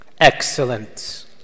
Excellent